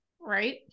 right